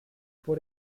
vor